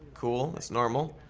cool, that's normal.